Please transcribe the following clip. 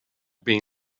been